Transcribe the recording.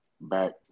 back